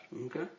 Okay